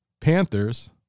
Panthers